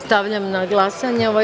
Stavljam na glasanje ovaj